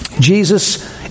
Jesus